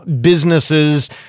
businesses